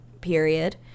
period